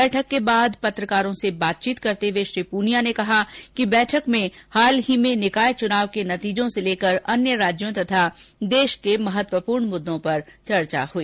बैठक के बाद पत्रकारों से बातचीत करते हुए श्री पूनिया ने कहा कि बैठक में हाल ही में निकाय चुनाव के नतीजों से लेकर अन्य राज्य तथा देश के महत्वपूर्ण मुद्दों पर चर्चा हई